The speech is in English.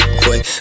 quick